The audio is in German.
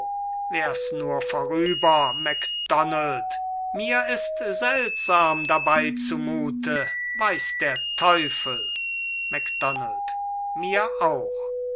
wärs nur vorüber macdonald mir ist seltsam dabei zumute weiß der teufel macdonald mir auch